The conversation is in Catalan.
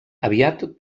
aviat